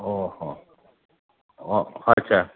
ओ हो हो अच्छा